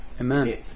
Amen